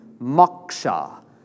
moksha